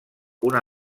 una